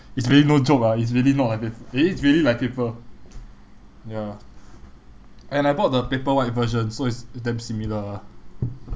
it's really no joke ah it's really not like pap~ it is really like paper ya and I bought the paper white version so it's damn similar ah